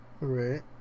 Right